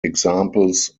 examples